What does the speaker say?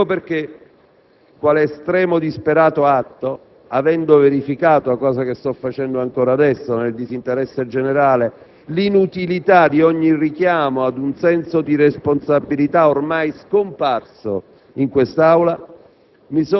Ecco perché, quale estremo, disperato atto, avendo verificato ‑ cosa che sto facendo ancora adesso ‑ nel disinteresse generale l'inutilità di ogni richiamo ad un senso di responsabilità ormai scomparso in quest'Aula,